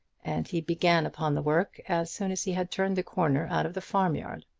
and he began upon the work as soon as he had turned the corner out of the farm-yard.